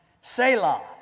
Selah